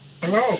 Hello